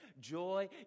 Joy